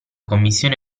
commissione